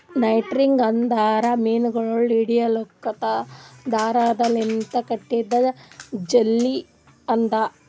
netting ಅಂದುರ್ ಮೀನಗೊಳ್ ಹಿಡಿಲುಕ್ ದಾರದ್ ಲಿಂತ್ ಕಟ್ಟಿದು ಜಾಲಿ ಅದಾ